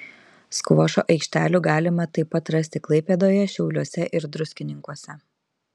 skvošo aikštelių galima taip pat rasti klaipėdoje šiauliuose ir druskininkuose